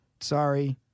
Sorry